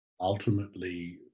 Ultimately